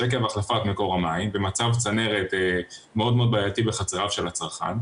שעקב החלפת מקור המים ומצב צנרת מאוד מאוד בעייתי בחצריו של הצרכן,